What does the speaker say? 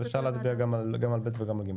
אפשר להצביע גם על (ב) וגם על (ג).